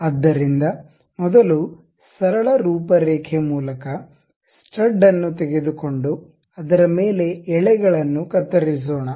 ಆದ್ದರಿಂದ ಮೊದಲು ಸರಳ ರೂಪರೇಖೆ ಮೂಲಕ ಸ್ಟಡ್ ಅನ್ನು ತೆಗೆದುಕೊಂಡು ಅದರ ಮೇಲೆ ಎಳೆಗಳನ್ನು ಕತ್ತರಿಸೋಣ